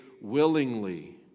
willingly